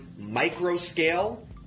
micro-scale